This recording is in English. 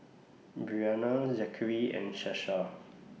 Briana Zackery and Sasha